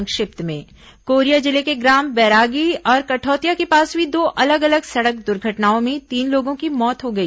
संक्षिप्त समाचार कोरिया जिले के ग्राम बैरागी और कठौतिया के पास हुई दो अलग अलग सड़क दुर्घटनाओं में तीन लोगों की मौत हो गई